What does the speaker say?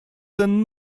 ten